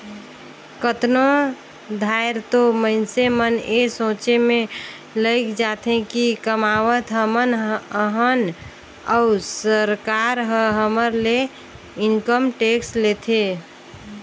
कतनो धाएर तो मइनसे मन ए सोंचे में लइग जाथें कि कमावत हमन अहन अउ सरकार ह हमर ले इनकम टेक्स लेथे